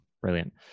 Brilliant